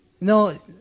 No